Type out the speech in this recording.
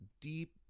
deep